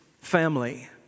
family